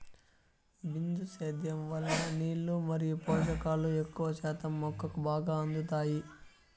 బిందు సేద్యం వలన నీళ్ళు మరియు పోషకాలు ఎక్కువ శాతం మొక్కకు బాగా అందుతాయి